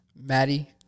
Maddie